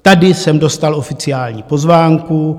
Tady jsem dostal oficiální pozvánku.